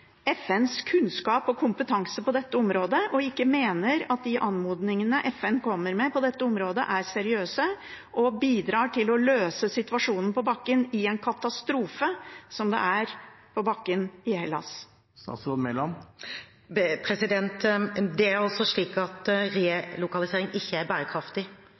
FNs kunnskap og kompetanse på dette området og mener at de anmodningene FN kommer med på dette området, ikke er seriøse og bidrar til å løse situasjonen på bakken i en katastrofe, som det er på bakken i Hellas? Relokalisering er ikke bærekraftig. Man kan ikke drive adhoc-politikk med mennesker, man må finne gode løsninger. Derfor er